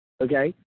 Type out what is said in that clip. okay